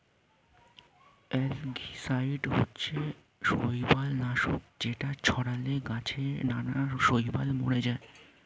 algicide হচ্ছে শৈবাল নাশক যেটা ছড়ালে গাছে নানা শৈবাল মরে যায়